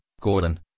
Gordon